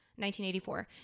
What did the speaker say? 1984